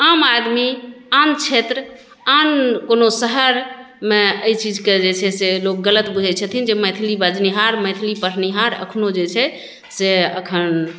आन आदमी आन क्षेत्र आन कोनो शहरमे एहि चीजके जे छै से लोक गलत बुझैत छथिन जे मैथिली बजनिहार मैथिली पढ़निहार एखनहु जे छै से एखन